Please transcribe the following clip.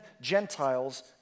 Gentiles